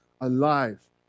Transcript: alive